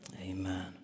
Amen